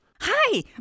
Hi